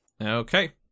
Okay